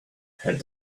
had